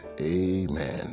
Amen